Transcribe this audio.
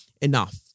enough